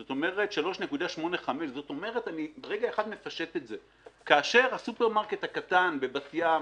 זאת אומרת 3.85%. אני רגע אחד מפשט את זה: כאשר הסופר מרקט הקטן בבת ים,